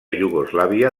iugoslàvia